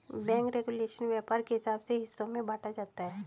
bank regulation व्यापार के हिसाब से हिस्सों में बांटा जाता है